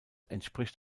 entspricht